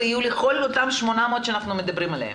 ויהיו לכל אותם 800 שאנחנו מדברים עליהם,